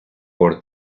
por